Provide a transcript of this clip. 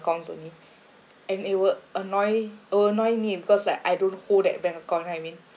accounts only and it will annoy annoy me because like I don't hold that bank account you know what I mean